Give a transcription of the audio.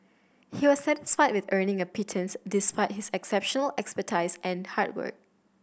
he was satisfied with earning a pittance despite his exceptional expertise and hard work